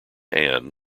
ann